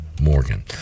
Morgan